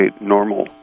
normal